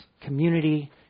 community